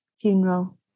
funeral